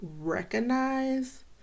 recognize